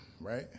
right